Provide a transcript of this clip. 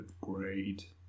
Great